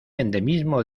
endemismo